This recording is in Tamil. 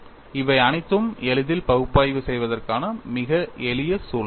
இவை அனைத்தும் எளிதில் பகுப்பாய்வு செய்வதற்கான மிக எளிய சூழ்நிலைகள்